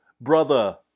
brother